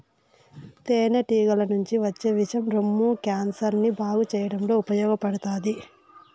తేనె టీగల నుంచి వచ్చే విషం రొమ్ము క్యాన్సర్ ని బాగు చేయడంలో ఉపయోగపడతాది